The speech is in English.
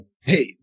Hey